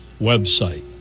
website